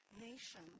nation